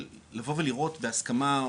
של לבוא ולראות בהסמכה,